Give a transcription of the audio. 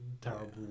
terrible